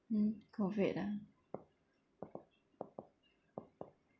mm COVID ah